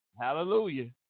Hallelujah